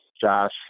Josh